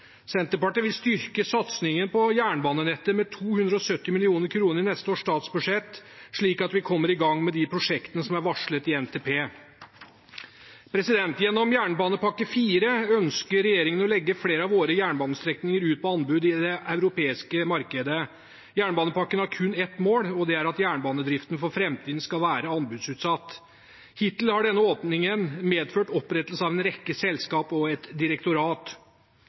Senterpartiet vil styrke satsingen på jernbanenettet med 270 mill. kr i neste års statsbudsjett, slik at vi kommer i gang med de prosjektene som er varslet i NTP. Gjennom jernbanepakke IV ønsker regjeringen å legge flere av våre jernbanestrekninger ut på anbud i det europeiske markedet. Jernbanepakken har kun ett mål, og det er at jernbanedriften for framtiden skal være anbudsutsatt. Hittil har denne åpningen medført opprettelse av en rekke selskap og et direktorat.